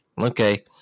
Okay